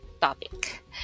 topic